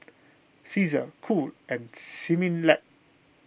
Cesar Cool and Similac